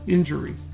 Injury